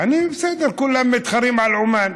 בסדר, כולם מתחרים על עומאן.